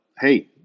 hey